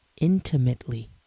intimately